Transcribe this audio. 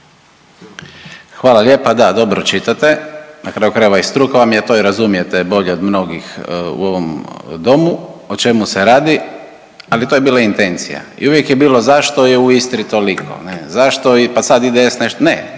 Hvala lijepa. Da, dobro čitate, na kraju krajeva i struka vam je to i razumijete bolje od mnogih u ovom domu o čemu se radi, ali to je bila intencija. I uvijek je bilo zašto je u Istri toliko ne, zašto pa sad ide IDS nešto, ne,